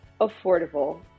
affordable